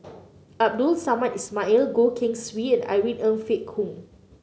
Abdul Samad Ismail Goh Keng Swee and Irene Ng Phek Hoong